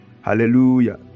Hallelujah